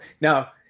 now